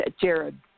Jared